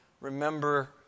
Remember